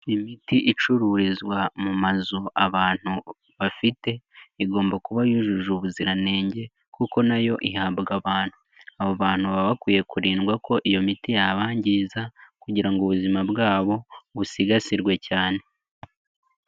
Imiti icururizwa mu mazu abantu bafite igomba kuba yujuje ubuziranenge kuko nayo ihabwa abantu. Abo bantu baba bakwiye kurindwa ko iyo miti yabangiza kugira ngo ubuzima bwabo busigasirwe cyane.